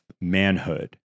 manhood